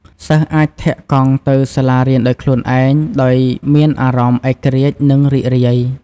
សិស្សអាចធាក់កង់ទៅសាលារៀនដោយខ្លួនឯងដោយមានអារម្មណ៍ឯករាជ្យនិងរីករាយ។